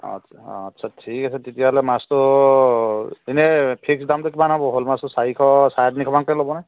আচ্চা আচ্চা ঠিক আছে তেতিয়াহ'লে মাছটো এনেই ফিক্স দামটো কিমান হ'ব শ'ল মাছটো চাৰিশ চাৰে তিনিশ মানকৈ ল'ব নে